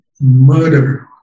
murder